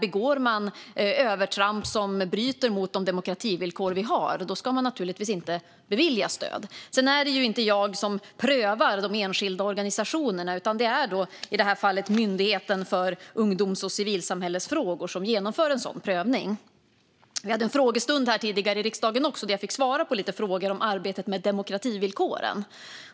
Begår man övertramp som bryter mot de demokrativillkor vi har ska man naturligtvis inte beviljas stöd. Sedan är det inte jag som prövar de enskilda organisationerna. Det är i det här fallet Myndigheten för ungdoms och civilsamhällesfrågor som genomför en sådan prövning. Vi hade en frågestund här tidigare i riksdagen där jag fick svara på lite frågor om arbetet med demokrativillkoren.